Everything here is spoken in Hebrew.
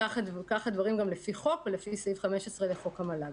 כך הדברים גם לפי סעיף 15 לחוק המל"ג.